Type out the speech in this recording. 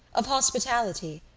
of hospitality,